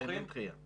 עדיין אין דחייה.